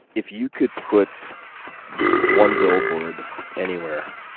if you could put one billboard anywhere,